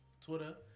Twitter